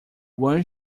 one